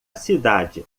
cidade